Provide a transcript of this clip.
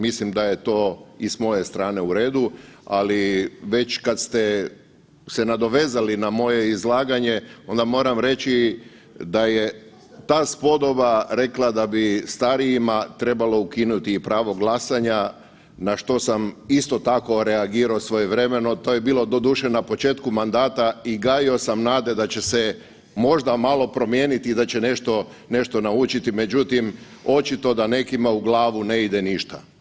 Mislim da je to i s moje strane u redu, ali već kad ste se nadovezali na moje izlaganje onda moram reći da je ta spodoba rekla da bi starijima trebalo ukinuti i pravo glasanja na što sam isto tako reagirao svojevremeno, to je bilo doduše na početku mandata i gajio sam nade da će se možda malo promijeniti i da će nešto naučiti, međutim očito da nekima u glavu ne ide ništa.